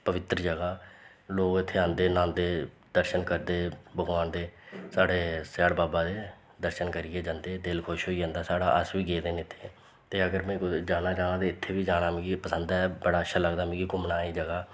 पवित्र जगह् लोक इत्थें आंदे न्हांदे दर्शन करदे भगवान दे साढ़े सयाड़ बाबा दे दर्शन करियै जंदे दिल खुश होई जंदा साढ़ा अस बी गेदे न इत्थें ते अगर में कुदै जाना चांह् ते इत्थें बी जाना मिगी पसंद ऐ बड़ा अच्छा लगदा मिगी घूमना एह् जगह्